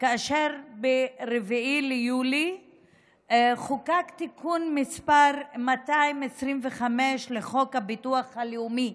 כאשר ב-4 ביולי חוקק תיקון מס' 225 לחוק הביטוח הלאומי,